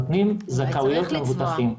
נותנים זכאויות למבוטחים.